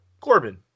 Corbin